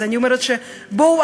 אז אני אומרת: בואו,